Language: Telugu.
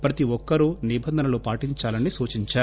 ప్రతి ఒక్కరూ నిబంధనలు పాటించాలని సూచించారు